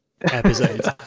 episodes